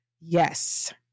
Yes